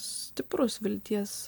stiprus vilties